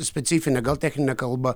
specifine gal technine kalba